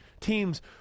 teams